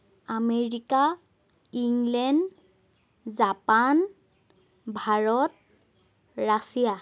America England Japan Bharat Russia